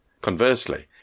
Conversely